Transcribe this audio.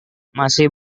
masih